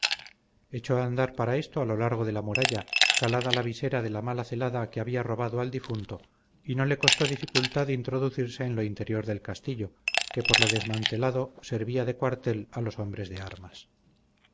echó a andar para esto a lo largo de la muralla calada la visera de la mala celada que había robado al difunto y no le costó dificultad introducirse en lo interior del castillo que por lo desmantelado servía de cuartel a los hombres de armas